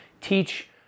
teach